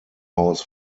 haus